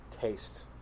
taste